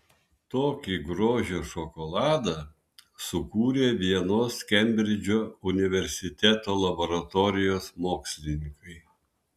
tokį grožio šokoladą sukūrė vienos kembridžo universiteto laboratorijos mokslininkai